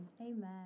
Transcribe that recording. Amen